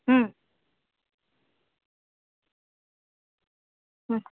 হুম হুম